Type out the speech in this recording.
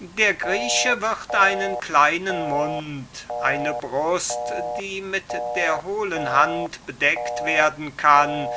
der grieche wird einen kleinen mund eine brust die mit der hohlen hand bedeckt werden kann